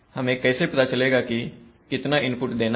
हमें कैसे पता चलेगा कि कितना इनपुट देना है